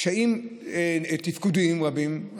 קשיים תפקודיים רבים.